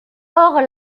hors